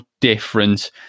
different